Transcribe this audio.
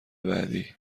بعدی